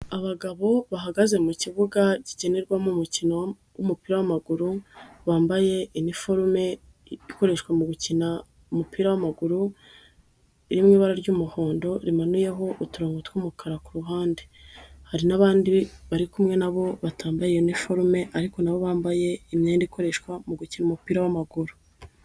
Abagabo bahagaze mu kibuga gikinirwamo umukino w'umupira w'amaguru bambaye iniforume ikoreshwa mu gukina umupira w'amaguru iri mu ibara ry'umuhondo rimanuyeho uturongogo tw'umukara ku ruhande, hari n'abandi bari kumwe na bo batambaye iyi niforume ariko na bo bambaye imyenda ikoreshwa mu gukina umupira w'amaguru.